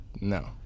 No